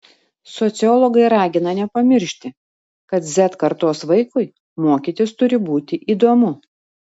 sociologai ragina nepamiršti kad z kartos vaikui mokytis turi būti įdomu